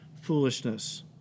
foolishness